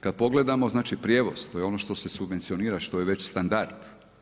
Kada pogledamo, znači prijevoz, to je ono što se subvencionira, što je već standard.